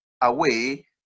away